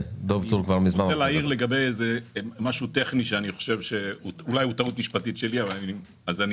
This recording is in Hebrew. אני רוצה להעיר משהו טכני שאני חושב שאולי הוא טעות משפטית שלי ואם כן,